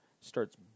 starts